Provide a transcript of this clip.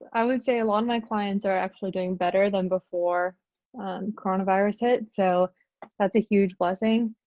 i would say a lot of my clients are actually doing better than before coronavirus hit. so that's a huge blessing.